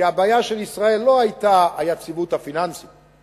כי הבעיה של ישראל לא היתה היציבות הפיננסית,